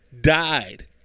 died